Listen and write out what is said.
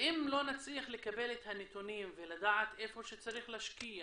אם לא נצליח לקבל את הנתונים ולדעת איפה צריך להשקיע